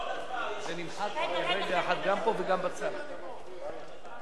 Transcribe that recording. את הצעת חוק מס ערך מוסף (תיקון,